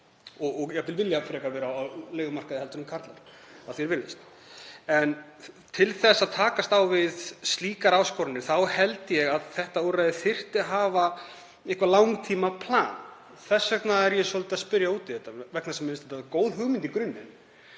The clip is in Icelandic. jafnvel frekar vera á leigumarkaði en karlar, að því er virðist. En til þess að takast á við slíkar áskoranir þá held ég að þetta úrræði þyrfti að hafa eitthvert langtímaplan. Þess vegna er ég svolítið að spyrja út í þetta vegna þess að mér finnst þetta góð hugmynd í grunninn.